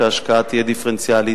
שההשקעה תהיה דיפרנציאלית,